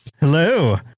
hello